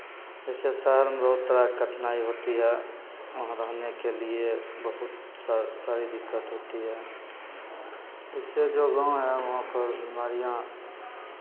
जैसे शहरमे बहुत तरह का कठिनाइ होती है वहाँ रहने के लिए बहुत सा सारी दिक्कत होती है जैसे जो गाँव है वहाँपर बिमारियाँ